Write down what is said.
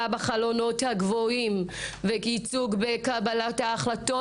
בחלונות הגבוהים וייצוג בקבלת ההחלטות,